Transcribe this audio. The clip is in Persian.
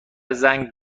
زنگ